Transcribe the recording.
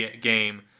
game